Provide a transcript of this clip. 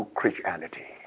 Christianity